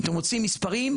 אתם רוצים מספרים?